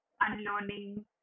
unlearning